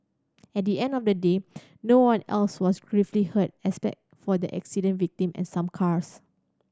at the end of the day no one else was gravely hurt except for the accident victim and some cars